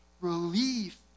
Relief